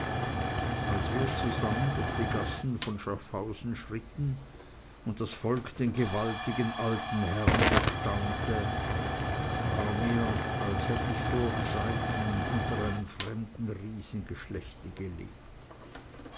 als wir zusammen durch die gassen von schaffhausen schritten und das volk den gewaltigen alten herrn bestaunte war mir als hätt ich vorzeiten unter einem fremden riesengeschlechte gelebt